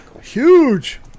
Huge